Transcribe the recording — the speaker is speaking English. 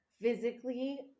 physically